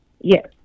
Yes